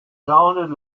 sounded